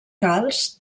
calç